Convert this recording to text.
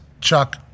Chuck